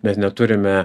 mes neturime